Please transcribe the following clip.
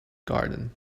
garden